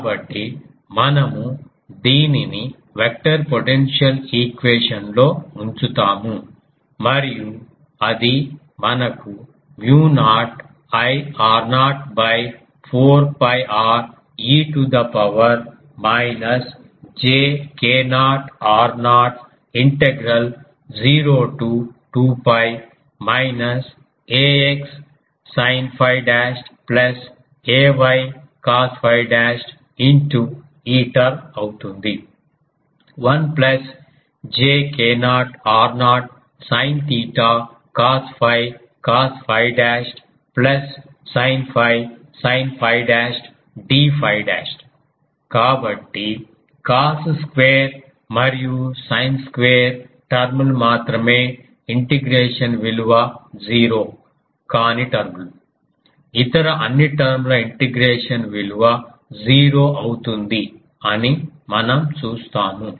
కాబట్టి మనము దీనిని వెక్టర్ పొటెన్షియల్ ఈక్వేషన్ లో ఉంచుతాము మరియు అది మనకు mu nought I r0 4 𝛑 r e to the power minus j k0 r0 integral zero to 2 𝛑 minus ax sin 𝛟 dashed plus ay cos 𝛟 dashed into ఈ term అవుతుంది 1 plus j k0 r0 sin theta cos 𝛟 cos 𝛟 dashed plus sin 𝛟 sin 𝛟 dashed d 𝛟 dashed కాబట్టి cos square మరియు sine square term లు మాత్రమే integration విలువ 0 కాని term లు ఇతర అన్ని టర్మ్ ల ఇంటిగ్రేషన్ విలువ 0 అవుతుంది అని మనం చూస్తాము